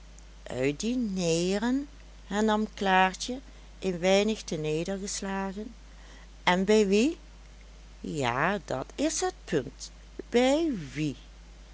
uit dineeren hernam klaartje een weinig ternedergeslagen en bij wie ja dat is het punt bij wie